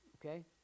okay